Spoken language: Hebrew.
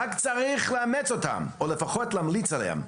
רק צריך לאמץ אותם, או לפחות להמליץ עליהם.